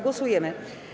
Głosujemy.